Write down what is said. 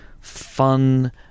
fun